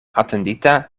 atendita